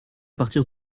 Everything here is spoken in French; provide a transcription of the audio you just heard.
partir